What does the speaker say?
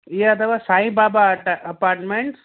इहा अथव साईं बाबा अटा अपार्टमेंट्स